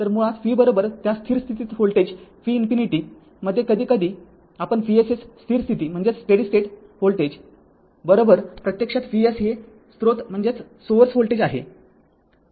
तर मुळात vत्या स्थिर स्थितीतील व्होल्टेज v∞ मध्ये कधीकधी आपण Vss स्थिर स्थिती व्होल्टेज प्रत्यक्षात Vs हे स्रोत व्होल्टेज आहे